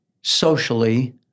socially